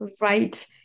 right